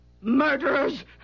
Murderers